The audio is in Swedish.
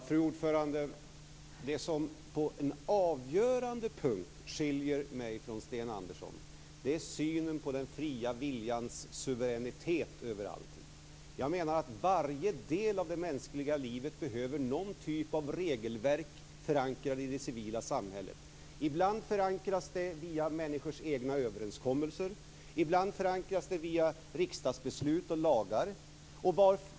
Fru talman! Det som på en avgörande punkt skiljer mig från Sten Andersson är synen på den fria viljans suveränitet över allting. Jag menar att varje del av det mänskliga livet behöver någon typ av regelverk förankrad i det civila samhället. Ibland förankras det via människors egna överenskommelser. Ibland förankras det via riksdagsbeslut och lagar.